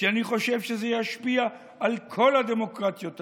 כי אני חושב שזה ישפיע על כל הדמוקרטיות האחרות.